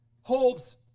holds